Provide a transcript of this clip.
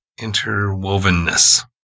interwovenness